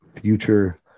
future